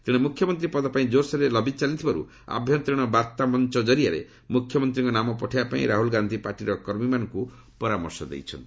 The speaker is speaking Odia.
ତେଣେ ମୁଖ୍ୟମନ୍ତ୍ରୀ ପଦ ପାଇଁ ଜୋର୍ସୋର୍ରେ ଲବି ଚାଲିଥିବାରୁ ଆଭ୍ୟନ୍ତରୀଣ ବାର୍ତ୍ତା ମଞ୍ଚ କରିଆରେ ମୁଖ୍ୟମନ୍ତ୍ରୀଙ୍କ ନାମ ପଠାଇବା ପାଇଁ ରାହୁଳ ଗାନ୍ଧୀ ପାର୍ଟିର କର୍ମୀମାନଙ୍କୁ କହିଛନ୍ତି